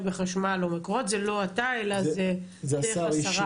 בחשמל או מקורות זה לא אתה אלא זה דרך השרה.